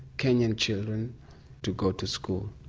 kenyan children to go to school.